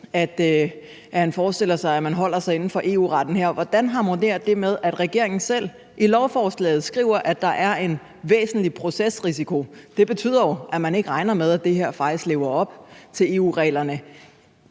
at han forestiller sig, at man holder sig inden for EU-retten her. Hvordan harmonerer det med, at regeringen selv i lovforslaget skriver, at der er en væsentlig procesrisiko? Det betyder jo, at man ikke regner med, at det her faktisk lever op til EU-reglerne.